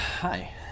Hi